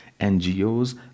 NGOs